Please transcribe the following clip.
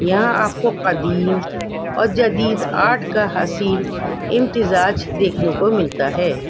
یہاں آپ کو قدیم اور جدید آرٹ کا حاصل امتزاج دیکھنے کو ملتا ہے